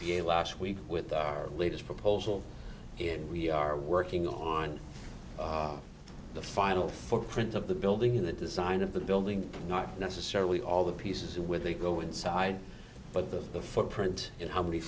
a last week with our latest proposal and we are working on the final footprint of the building in the design of the building not necessarily all the pieces and where they go inside but the footprint and how many